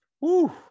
Woo